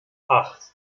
acht